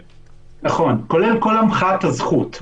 נכון, כולל כל המחאת הזכות.